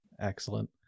Excellent